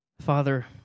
Father